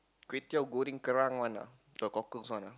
kway-teow-goreng-kerang one ah the cockles one ah